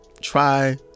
Try